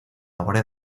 guardia